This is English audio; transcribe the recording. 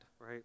right